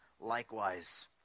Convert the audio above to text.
likewise